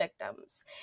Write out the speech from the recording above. victims